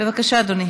בבקשה, אדוני.